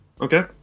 Okay